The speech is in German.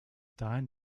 dahin